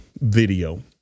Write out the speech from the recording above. video